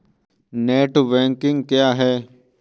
Net banking क्या है?